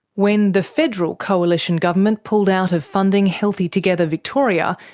when the federal coalition government pulled out of funding healthy together victoria,